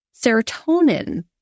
serotonin